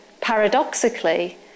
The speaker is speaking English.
paradoxically